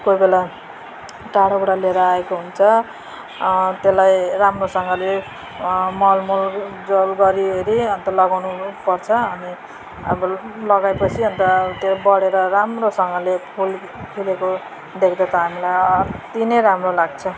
कोही बेला टाडोबाट ल्याएर आएको हुन्छ त्यसलाई राम्रोसँगले मल मोल जल गरिवरी अन्त लगाउनुपर्छ अनि अब लगायो पछि अन्त त्यो बढेर राम्रोसँगले फुल फुलेको देख्दा त हामीलाई अति नै राम्रो लाग्छ